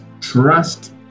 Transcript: trust